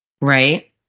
right